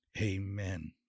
Amen